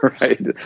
right